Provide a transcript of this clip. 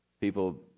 People